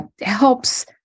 helps